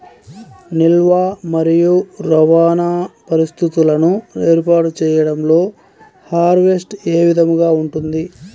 నిల్వ మరియు రవాణా పరిస్థితులను ఏర్పాటు చేయడంలో హార్వెస్ట్ ఏ విధముగా ఉంటుంది?